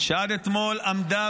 שעד אתמול עמדה,